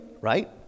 right